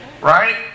Right